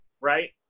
right